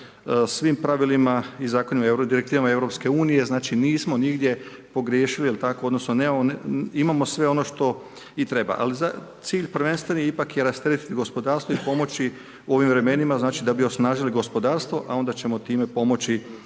svim pravilima i direktivama Europske unije, znači nismo nigdje pogriješili odnosno, imamo sve ono što i treba. Ali cilj prvenstveni je ipak rasteretiti gospodarstvo i pomoći u ovim vremenima znači da bi osnažili gospodarstvo, a onda ćemo time pomoći